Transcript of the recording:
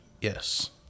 Yes